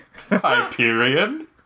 Hyperion